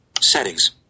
Settings